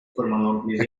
couple